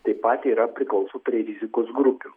taip pat yra priklauso prie rizikos grupių